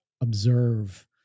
observe